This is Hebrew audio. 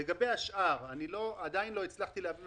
לגבי השאר עדיין לא הצלחתי להבין,